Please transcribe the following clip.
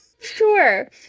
sure